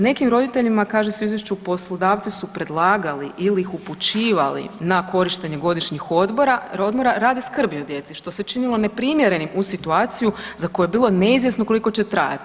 Nekim roditeljima kaže se u izvješću poslodavci su predlagali ili ih upućivali na korištenje godišnjih odmora radi skrbi o djeci što se činilo neprimjerenim u situaciji za koju je bilo neizvjesno koliko će trajati.